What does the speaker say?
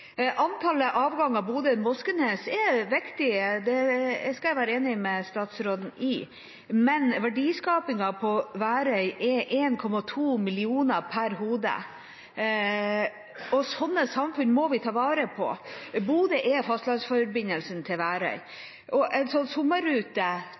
Antallet avganger Bodø–Moskenes er viktig – det skal jeg være enig med statsråden i. Men verdiskapingen på Værøy er 1,2 mill. kr per hode, og sånne samfunn må vi ta vare på. Bodø er fastlandsforbindelsen til